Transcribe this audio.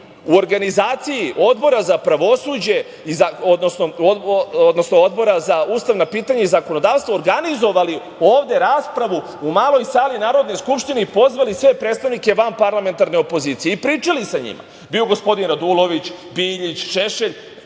u organizaciji Odbora za ustavna pitanja i zakonodavstvo organizovali ovde raspravu u Maloj sali Narodne skupštine i pozvali sve predstavnike vanparlamentarne opozicije i pričali sa njima. Bio gospodin Radulović, Biljić, Šešelj,